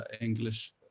English